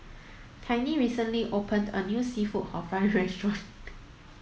Tiney recently opened a new Seafood Hor Fun restaurant